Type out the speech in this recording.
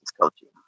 coaching